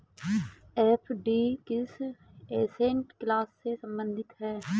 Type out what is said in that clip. FD किस asset class से संबंधित है?